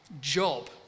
job